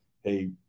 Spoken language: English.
hey